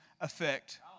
effect